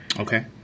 Okay